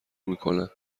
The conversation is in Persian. میکنه